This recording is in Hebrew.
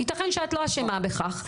יתכן שאת לא אשמה בכך.